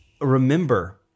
remember